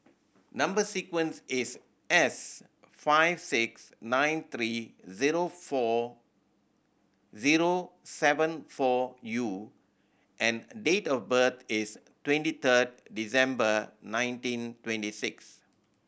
number sequence is S five six nine three zero four zero seven four U and date of birth is twenty third December nineteen twenty six